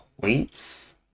points